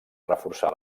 reforçar